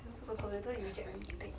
eh don't put so close later you reject me wait